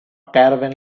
caravan